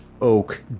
oak